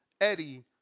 Eddie